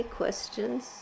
questions